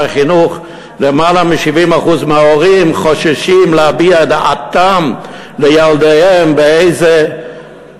החינוך יותר מ-70% מההורים חוששים להביע דעתם לילדיהם באיזה